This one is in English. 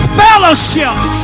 fellowships